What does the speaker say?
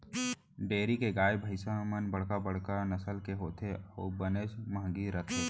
dairy के गाय भईंस मन बड़का बड़का नसल के होथे अउ बनेच महंगी रथें